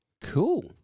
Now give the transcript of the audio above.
Cool